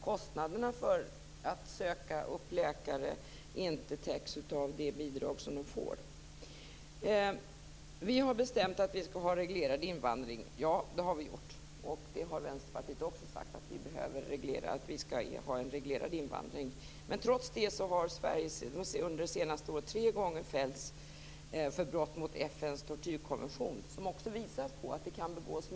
Kostnaderna för att söka läkare täcks nämligen inte av det bidrag de får. Vi har bestämt att vi skall ha reglerad invandring - ja, det har vi gjort. Det har Vänsterpartiet också sagt. Trots detta har Sverige under de senaste åren tre gånger fällts för brott mot FN:s tortyrkonvention. Detta visar att misstag kan begås.